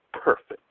Perfect